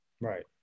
Right